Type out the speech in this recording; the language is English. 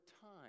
time